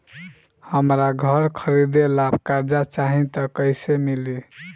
हमरा घर खरीदे ला कर्जा चाही त कैसे मिली?